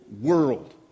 world